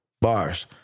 Bars